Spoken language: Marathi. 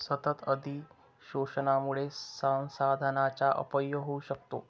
सतत अतिशोषणामुळे संसाधनांचा अपव्यय होऊ शकतो